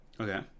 okay